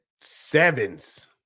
sevens